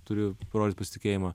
turi parodyt pasitikėjimą